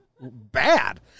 bad